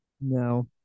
No